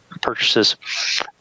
purchases